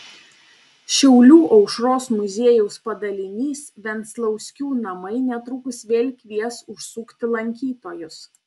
šiaulių aušros muziejaus padalinys venclauskių namai netrukus vėl kvies užsukti lankytojus